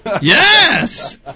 Yes